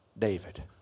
David